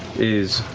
is,